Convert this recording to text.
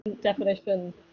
definition